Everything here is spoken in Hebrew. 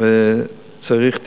וצריכה טיפול,